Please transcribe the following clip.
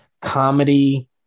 comedy